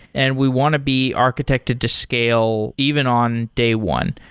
and we want to be architected to scale even on day one.